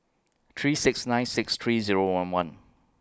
three six nine six three Zero one one